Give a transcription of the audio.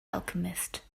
alchemist